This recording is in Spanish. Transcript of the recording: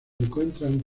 encuentran